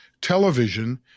television